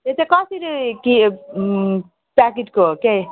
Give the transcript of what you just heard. यो चाहिँ कसरी के प्याकेटको हो के